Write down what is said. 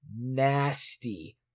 nasty